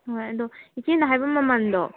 ꯍꯣꯏ ꯑꯗꯨ ꯏꯆꯦꯅ ꯍꯥꯏꯕ ꯃꯃꯜꯗꯣ